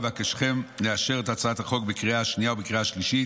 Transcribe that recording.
אבקשכם לאשר את הצעת החוק בקריאה שנייה ובקריאה שלישית.